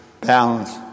Balance